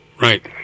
Right